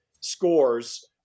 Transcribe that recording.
scores